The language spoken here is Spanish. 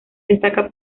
destaca